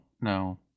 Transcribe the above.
no